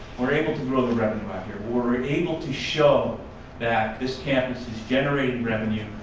we're able to grow the revenue out here. we're able to show that this campus is generating revenue,